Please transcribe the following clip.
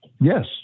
Yes